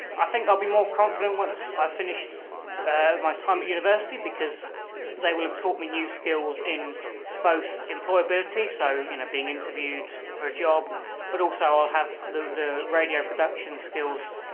i think i'll be more confident once i finish my time at university because they will have taught me new skills in both employability so you know being interviewed for a job but also i'll have the the radio production skills,